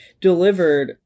delivered